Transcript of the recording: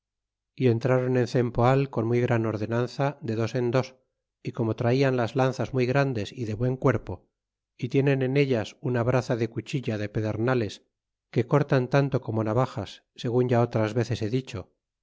y entrron en cempoal con muy gran orde n anza de dos en dos y como traian las lanzas muy grandes y de buen cuerpo y tienen en ellas una braza de cuchilla de pedernales que cortan tanto como navajas segun ya otras veces he dicho